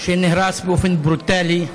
נהרס באופן ברוטלי,